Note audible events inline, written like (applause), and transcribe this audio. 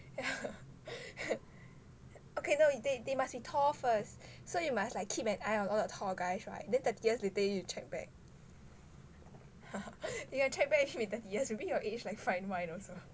(laughs) okay no they they must be tall first so you must like keep an eye on all the tall guys [right] then thirty years later you check back (laughs) you can check back with me thirty years maybe he will age like fine wine also